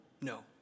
No